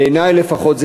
בעיני לפחות,